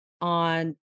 On